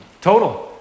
Total